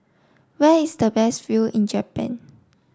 where is the best view in Japan